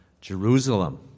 Jerusalem